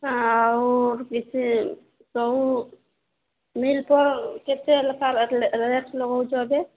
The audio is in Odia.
ଆଉ କିଛି ସବୁ ମିଲ୍ କେତେ ଲେଖାଁ ରେଟ୍ ଲଗଉଛ ଏବେ